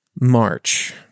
March